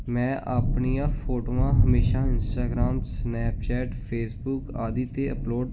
ਮੈਂ ਆਪਣੀਆਂ ਫੋਟੋਆਂ ਹਮੇਸ਼ਾ ਇੰਸਟਾਗਰਾਮ ਸਨੈਪਚੈਟ ਫੇਸਬੁਕ ਆਦਿ 'ਤੇ ਅਪਲੋਡ